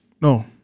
No